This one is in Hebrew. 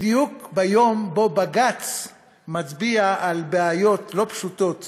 בדיוק ביום שבו בג"ץ מצביע על בעיות לא פשוטות